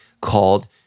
called